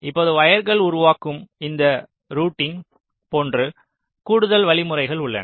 இப்போது வயர்கள் உருவாக்கும் இந்த ரூட்டிங் போன்று கூடுதல் வழிமுறைகள் உள்ளன